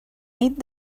nit